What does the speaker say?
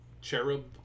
cherub